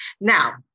Now